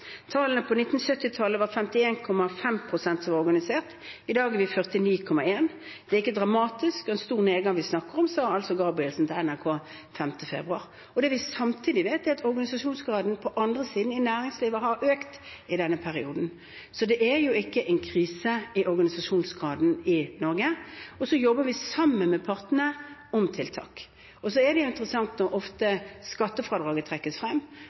på 1970-tallet var det 51,5 prosent som var organiserte, i dag er vi 49,1. Det er ingen dramatisk og stor nedgang vi snakker om.» Det vi samtidig vet, er at organisasjonsgraden på den andre siden, i næringslivet, har økt i denne perioden. Så det er jo ikke en krise når det gjelder organisasjonsgraden i Norge. Vi jobber sammen med partene om tiltak. Så er det interessant, når skattefradraget ofte trekkes frem,